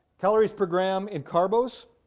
calories per gram in carbos,